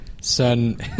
son